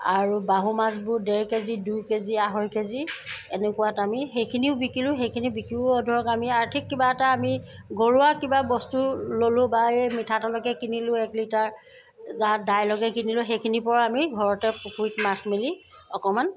আৰু বাহু মাছবোৰ ডেৰ কেজি দুই কেজি আঢ়ৈ কেজি এনেকুৱাত আমি সেইখিনিও বিকিলোঁ সেইখিনি বিকিও ধৰক আমি আৰ্থিক কিবা এটা আমি ঘৰুৱা কিবা বস্তু ললোঁ বা এই মিঠাতেলকে কিনিলোঁ এক লিটাৰ বা দাইলকে কিনিলোঁ সেইখিনিৰ পৰা আমি ঘৰতে পুখুৰীত মাছ মেলি অকণমান